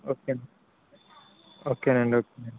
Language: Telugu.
ఓకే ఓకే అండి ఓకే